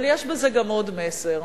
אבל יש בזה גם עוד מסר.